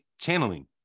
Channeling